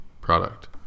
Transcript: product